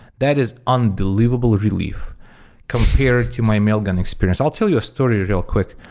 that is unbelievable relief compared to my mailgun experience. i'll tell you a story real quick.